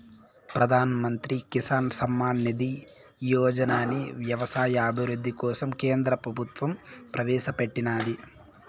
ప్రధాన్ మంత్రి కిసాన్ సమ్మాన్ నిధి యోజనని వ్యవసాయ అభివృద్ధి కోసం కేంద్ర ప్రభుత్వం ప్రవేశాపెట్టినాది